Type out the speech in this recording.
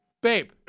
Babe